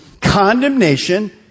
condemnation